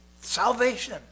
salvation